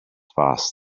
fast